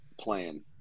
plan